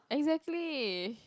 exactly